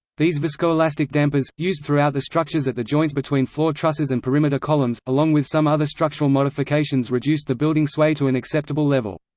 these viscoelastic dampers, used throughout the structures at the joints between floor trusses and perimeter perimeter columns, along with some other structural modifications reduced the building sway to an acceptable level.